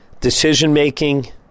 decision-making